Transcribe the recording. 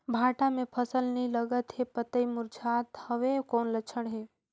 भांटा मे फल नी लागत हे पतई मुरझात हवय कौन लक्षण हे?